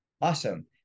Awesome